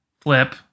flip